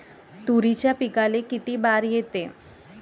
तुरीच्या पिकाले किती बार येते?